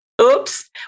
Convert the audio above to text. Oops